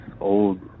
old